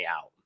out